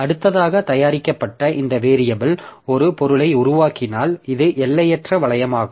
அடுத்ததாக தயாரிக்கப்பட்ட இந்த வேரியபில் ஒரு பொருளை உருவாக்கினால் இது எல்லையற்ற வளையமாகும்